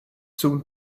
soon